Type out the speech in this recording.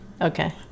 Okay